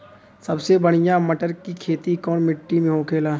सबसे बढ़ियां मटर की खेती कवन मिट्टी में होखेला?